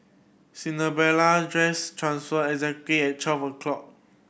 Cinderella's dress transformed exactly at twelve o'clock